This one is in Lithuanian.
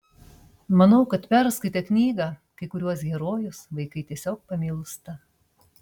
manau kad perskaitę knygą kai kuriuos herojus vaikai tiesiog pamilsta